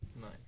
Nice